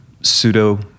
pseudo-